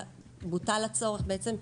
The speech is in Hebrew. בוטל הצורך בעצם,